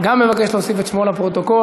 גם מבקש להוסיף את שמו לפרוטוקול.